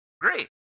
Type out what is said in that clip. great